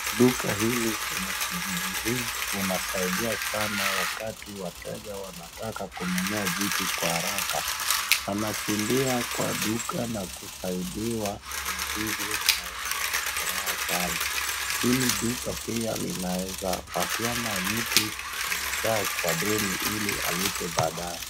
Duka hili kwenye kijiji hii linasaidia sana wakati wateja wanataka kununua vitu kwa haraka. Wanakimbia kwa duka na kusaidiwa vilivyo na wako na furaha sana. Hili duka pia linaweza patiana mtu bidhaa kwa deni ili alipe baadae.